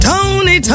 Tony